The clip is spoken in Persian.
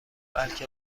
بلکه